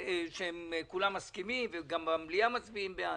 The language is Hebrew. שכולם מסכימים וגם במליאה מצביעים בעד,